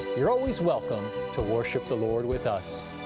you're always welcome to worship the lord with us.